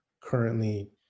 currently